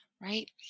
right